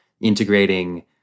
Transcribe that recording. integrating